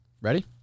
ready